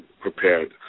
prepared